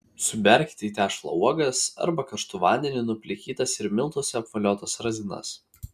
suberkite į tešlą uogas arba karštu vandeniu nuplikytas ir miltuose apvoliotas razinas